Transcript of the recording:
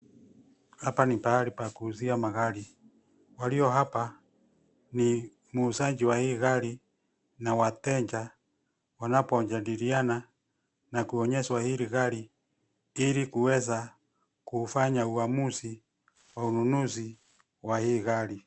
Hapa ni pahali pa kuuzia magari. Walio hapa ni muuzaji wa hii gari na wateja wanapojadiliana na kuonyeshwa hili gari ili kuweza kuufanya uamuzi wa ununuzi wa hili gari.